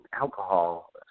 alcohol